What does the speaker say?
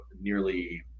nearly